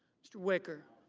mr. wicker.